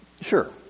sure